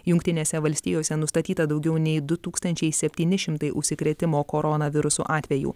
jungtinėse valstijose nustatyta daugiau nei du tūkstančiai septyni šimtai užsikrėtimo koronavirusu atvejų